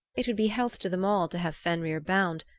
it would be health to them all to have fenrir bound,